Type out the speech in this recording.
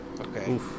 Okay